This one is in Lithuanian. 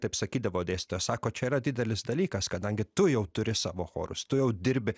taip sakydavo dėstytoja sako čia yra didelis dalykas kadangi tu jau turi savo chorus tu jau dirbi